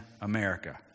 America